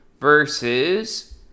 versus